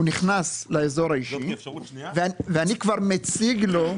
הוא נכנס לאזור האישי ואני כבר מציג לו.